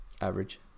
average